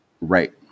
right